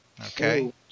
Okay